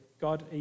God